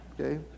Okay